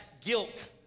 guilt